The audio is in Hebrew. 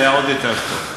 שהיה עוד יותר טוב.